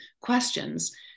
questions